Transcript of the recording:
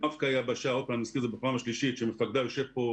מבק"א יבשה אני מזכיר בפעם השלישית שמפקדה יושב כאן